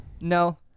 No